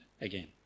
again